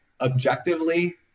objectively